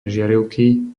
žiarivky